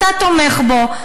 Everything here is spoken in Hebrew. אתה תומך בו,